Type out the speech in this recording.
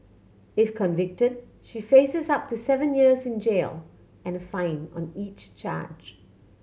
if convicted she faces up to seven years in jail and a fine on each charge